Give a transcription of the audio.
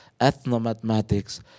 ethnomathematics